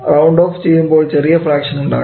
round off ചെയ്യുമ്പോൾ ചെറിയ fraction ഉണ്ടാകാം